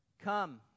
Come